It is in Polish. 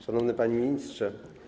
Szanowny Panie Ministrze!